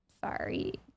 Sorry